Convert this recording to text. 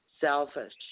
selfish